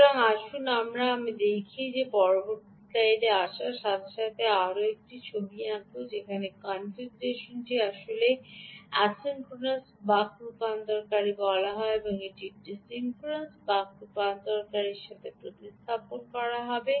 সুতরাং আসুন আমরা দেখি আমি পরবর্তী স্লাইডে আসার সাথে সাথে আরও একটি ছবি আঁকব যেখানে এই কনফিগারেশনটিকে আসলে অ্যাসিনক্রোনাস বাক রূপান্তরকারী বলা হয় এটি একটি সিঙ্ক্রোনাস বাক কনভার্টারের সাথে প্রতিস্থাপন করা হবে